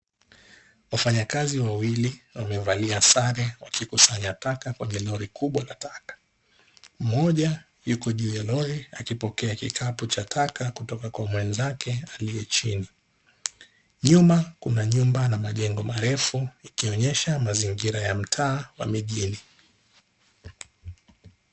Wafanyakazi wawili wamevalia sare wakikusanya taka kwenye lori kubwa la taka, mmoja yuko juu ya lori akipokea kikapu cha taka kutoka kwa mwenzake chini, nyuma kuna nyumba na majengo marefu ikionyesha mazingira ya mtaa wa mijini.